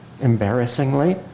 embarrassingly